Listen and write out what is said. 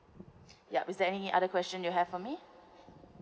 yup is there any other question you have for me